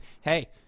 hey